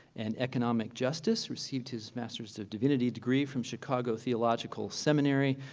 and economic justice, received his master's of divinity degree from chicago theological seminary,